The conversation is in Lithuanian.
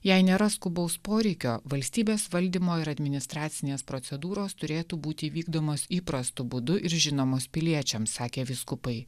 jei nėra skubaus poreikio valstybės valdymo ir administracinės procedūros turėtų būti vykdomos įprastu būdu ir žinomos piliečiams sakė vyskupai